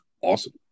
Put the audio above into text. awesome